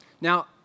Now